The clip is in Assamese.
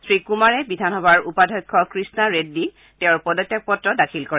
শ্ৰী কুমাৰে বিধানসবাৰ উপাধ্যক্ষ কৃষ্ণা ৰেড্ডীক তেওঁ পদত্যাগ পত্ৰ দাখিল কৰে